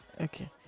Okay